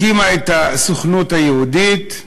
הקימה את הסוכנות היהודית,